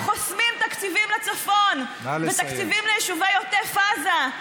אתם חוסמים תקציבים לצפון ותקציבים ליישובי עוטף עזה,